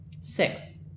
Six